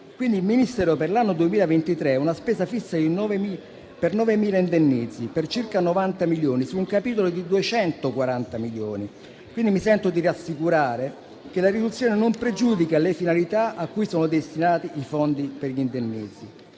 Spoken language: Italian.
il Ministero ha una spesa fissa per 9.000 indennizzi per circa 90 milioni su un capitolo di 240 milioni. Mi sento quindi di rassicurare, perché la riduzione non pregiudica le finalità a cui sono destinati i fondi per gli indennizzi.